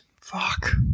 fuck